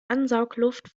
ansaugluft